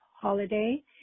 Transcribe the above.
holiday